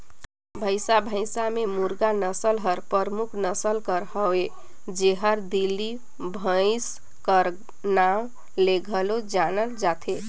भंइसा भंइस में मुर्रा नसल हर परमुख नसल कर हवे जेहर दिल्ली भंइस कर नांव ले घलो जानल जाथे